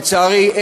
לצערי,